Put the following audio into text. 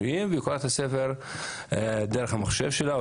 והיא קוראת את הספר דרך המחשב שלה,